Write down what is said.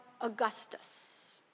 Augustus